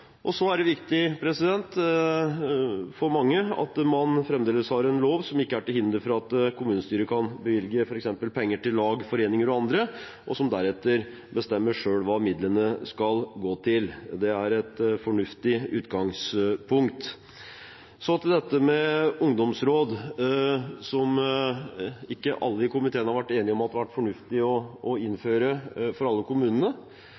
ikke er til hinder for at kommunestyret kan bevilge f.eks. penger til lag, foreninger og andre, som deretter bestemmer selv hva midlene skal gå til. Det er et fornuftig utgangspunkt. Så til dette med ungdomsråd, som ikke alle i komiteen har vært enige om har vært fornuftig å innføre for alle kommunene.